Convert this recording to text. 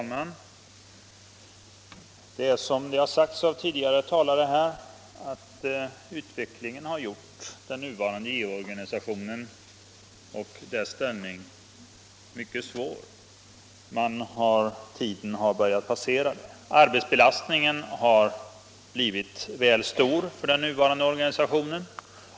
Herr talman! Som det har sagts av tidigare talare har utvecklingen gjort JO-institutionens ställning mycket svår. Tiden har börjat passera den nuvarande organisationen.